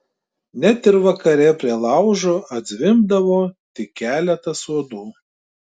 net ir vakare prie laužo atzvimbdavo tik keletas uodų